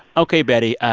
ok, betty.